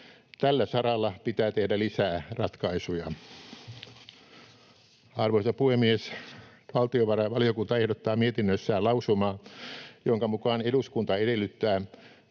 Tällä saralla pitää tehdä lisää ratkaisuja. Arvoisa puhemies! Valtiovarainvaliokunta ehdottaa mietinnössään lausumaa, jonka mukaan eduskunta edellyttää,